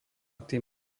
tým